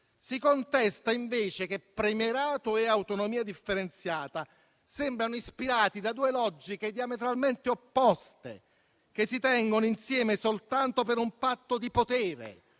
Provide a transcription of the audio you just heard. Si contesta, invece, che premierato e autonomia differenziata sembrano ispirati da due logiche diametralmente opposte, che si tengono insieme soltanto per un patto di potere